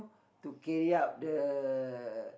to carry out the